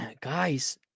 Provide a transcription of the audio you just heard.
guys